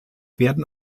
werden